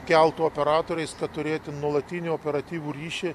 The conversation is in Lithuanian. keltų operatoriais kad turėti nuolatinį operatyvų ryšį